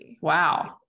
Wow